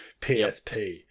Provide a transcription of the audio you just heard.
PSP